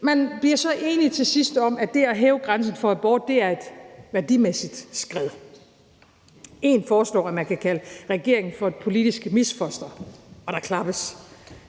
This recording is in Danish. Man bliver så til sidst enige om, at det at hæve grænsen for abort er et værdimæssigt skred. En foreslår, at man kan kalde regeringen for et politisk misfoster. Og der klappes.